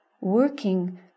working